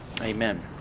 Amen